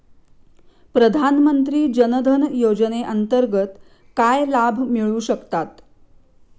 प्रधानमंत्री जनधन योजनेअंतर्गत काय लाभ मिळू शकतात?